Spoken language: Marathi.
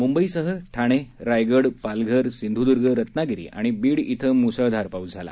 मुंबईसह ठाणे रायगड पालघर सिंधुद्ग रत्नागिरी आणि बीड इथं मुसळधार पाऊस झाला